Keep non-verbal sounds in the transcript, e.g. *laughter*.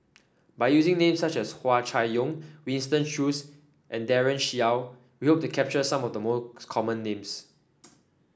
by using names such as Hua Chai Yong Winston Choos and Daren Shiau we hope to capture some of the *unintelligible* common names